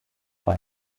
war